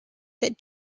that